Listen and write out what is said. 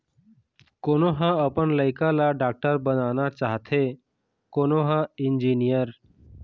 कोनो ह अपन लइका ल डॉक्टर बनाना चाहथे, कोनो ह इंजीनियर